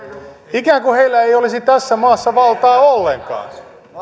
ikään kuin heillä ei olisi tässä maassa valtaa ollenkaan